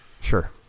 Sure